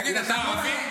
תגיד, אתה ערבי?